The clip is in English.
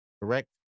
Correct